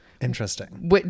interesting